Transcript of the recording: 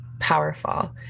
Powerful